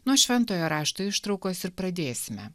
nuo šventojo rašto ištraukos ir pradėsime